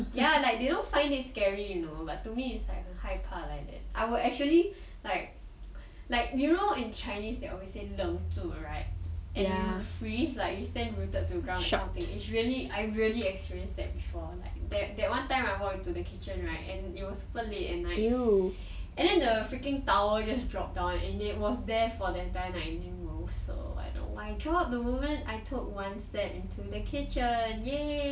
ya like they don't find it scary you know but to me it's like 很害怕 like that I will actually like like you know in chinese they always say 愣住 right and you would freeze like you stand rooted to the ground that kind of thing is really I really experience that before like that that one time I walked into the kitchen right and it was super late at night and then the freaking towel just drop down and it was there for the entire night it didn't move so like it dropped the moment I took one step to the kitchen